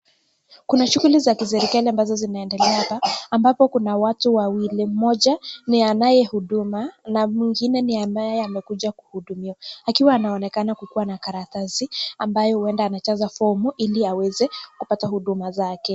Kuna shughuli za kiserikali zinaendelea hapa, ambapo kuna watu wawili, mmoja ni anaye huduma na mwingine ni ambaye amekuja kuhudumiwa, akiwa anaonekana kikuwa na karatasi, ambayo huenda anajaza fomu ili awezenkuoata huduma zake.